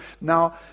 Now